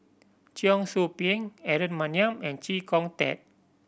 Cheong Soo Pieng Aaron Maniam and Chee Kong Tet